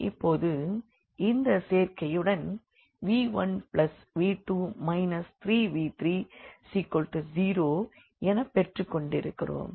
இப்பொழுது இந்த சேர்க்கையுடன் v1v2 3v30 எனப் பெற்றுக்கொண்டிருக்கிறோம்